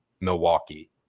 Milwaukee